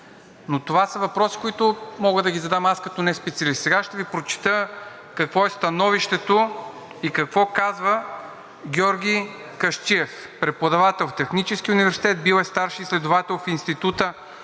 Но това са въпроси, които мога да ги задам аз като неспециалист. Сега ще Ви прочета какво е становището и какво казва Георги Касчиев – преподавател в Техническия университет, бил е старши изследовател в Института